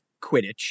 Quidditch